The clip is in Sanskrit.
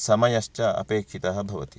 समयश्च अपेक्षितः भवति